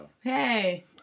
Hey